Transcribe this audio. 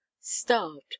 starved